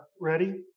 ready